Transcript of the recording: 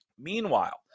Meanwhile